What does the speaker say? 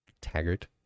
Taggart